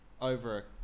over